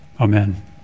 Amen